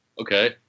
okay